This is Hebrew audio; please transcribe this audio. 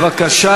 בבקשה.